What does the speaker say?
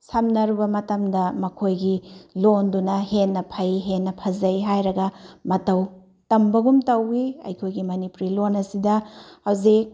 ꯁꯝꯅꯔꯨꯕ ꯃꯇꯝꯗ ꯃꯈꯣꯏꯒꯤ ꯂꯣꯟꯗꯨꯅ ꯍꯦꯟꯅ ꯐꯩ ꯍꯦꯟꯅ ꯐꯖꯩ ꯍꯥꯏꯔꯒ ꯃꯇꯧ ꯇꯝꯕꯒꯨꯝ ꯇꯧꯏ ꯑꯩꯈꯣꯏꯒꯤ ꯃꯅꯤꯄꯨꯔꯤ ꯂꯣꯟ ꯑꯁꯤꯗ ꯍꯧꯖꯤꯛ